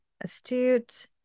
astute